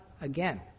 again